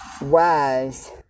wise